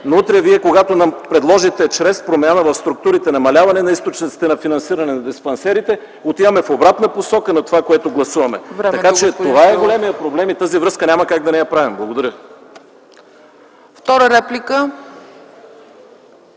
утре вие предложите чрез промяна в структурите намаляване на източниците на финансиране на диспансерите, отиваме в обратна посока на това, което гласуваме. Това е големият проблем и няма как да не правим тази